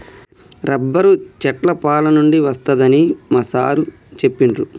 rubber చెట్ల పాలనుండి వస్తదని మా సారు చెప్పిండు